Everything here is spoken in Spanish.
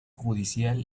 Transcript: judicial